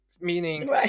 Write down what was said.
meaning